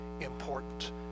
important